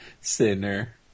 Sinner